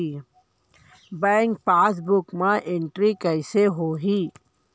Bank passbook मा entry कइसे होही?